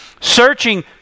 searching